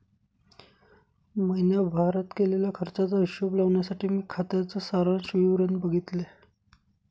महीण्याभारत केलेल्या खर्चाचा हिशोब लावण्यासाठी मी खात्याच सारांश विवरण बघितले